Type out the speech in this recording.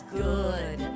good